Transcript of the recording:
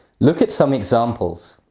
look at some examples